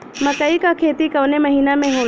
मकई क खेती कवने महीना में होला?